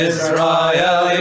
Israel